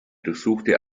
durchsuchte